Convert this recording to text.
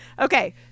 Okay